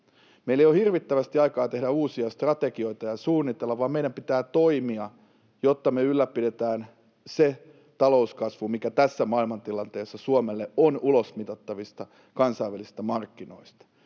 Meillä ei ole hirvittävästi aikaa tehdä uusia strategioita ja suunnitella, vaan meidän pitää toimia, jotta ylläpidetään se talouskasvu, mikä tässä maailmantilanteessa Suomelle on ulosmitattavissa kansainvälisistä markkinoista.